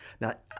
Now